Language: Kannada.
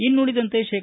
ಇನ್ನುಳಿದಂತೆ ಶೇ